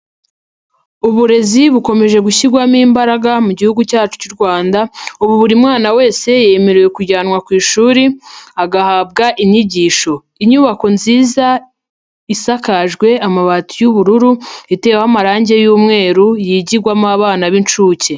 Uburezi bukomeje gushyirwamo imbaraga mu gihugu cyacu cy'u Rwanda, ubu buri mwana wese yemerewe kujyanwa ku ishuri agahabwa inyigisho. Inyubako nziza isakajwe amabati y'ubururu, iteweho amarangi y'umweru, yigirwamo abana b'inshuke.